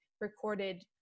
recorded